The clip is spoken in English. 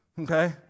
okay